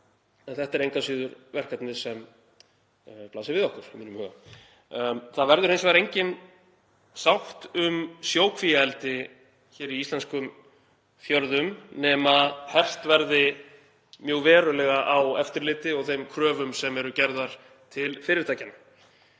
En þetta er engu að síður verkefni sem blasir við okkur í mínum huga. Það verður hins vegar engin sátt um sjókvíaeldi hér í íslenskum fjörðum nema hert verði mjög verulega á eftirliti og þeim kröfum sem eru gerðar til fyrirtækjanna.